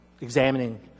examining